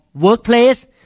workplace